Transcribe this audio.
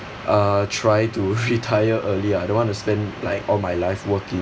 uh try to retire early I don't want to spend like all my life working